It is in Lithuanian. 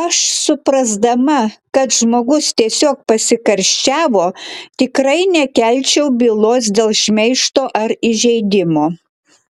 aš suprasdama kad žmogus tiesiog pasikarščiavo tikrai nekelčiau bylos dėl šmeižto ar įžeidimo